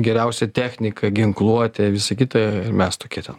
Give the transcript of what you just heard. geriausia technika ginkluotė visa kita mes tokie ten